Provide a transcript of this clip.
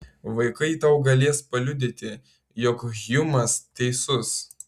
vaikai tau galės paliudyti jog hjumas teisus